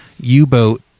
U-boat